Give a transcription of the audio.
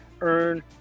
earn